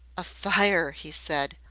a fire! he said.